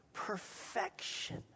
...perfection